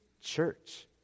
church